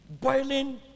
Boiling